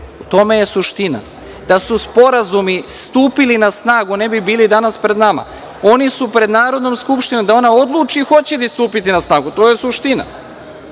tome je suština, da su sporazumi stupili na snagu ne bi bili danas pred nama. Oni su pred Narodnom skupštinom da Narodna skupština odluči hoće li stupiti na snagu. To je suština. Ne